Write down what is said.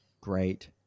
great